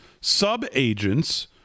sub-agents